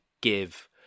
give